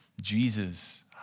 Jesus